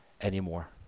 anymore